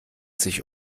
sich